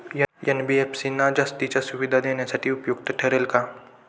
NBFC ना जास्तीच्या सुविधा देण्यासाठी उपयुक्त ठरेल का?